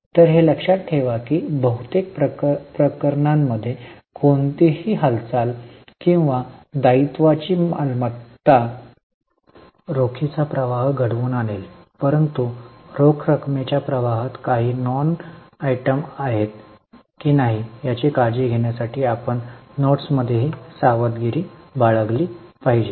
तर हे लक्षात ठेवा की बहुतेक प्रकरणांमध्ये कोणतीही हालचाल किंवा दायित्वाची मालमत्ता रोखीचा प्रवाह घडवून आणेल परंतु रोख रकमेच्या प्रवाहात काही नॉन आयटम आहेत की नाही याची काळजी घेण्यासाठी आपण नोड्समध्येही सावधगिरी बाळगली पाहिजे